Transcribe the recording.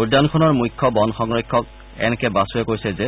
উদ্যানখনৰ মুখ্য বন সংৰক্ষক এন কে বাসূৱে কৈছে যে